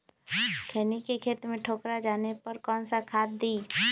खैनी के खेत में ठोकरा पर जाने पर कौन सा खाद दी?